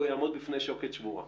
הוא יעמוד בפני שוקת שבורה.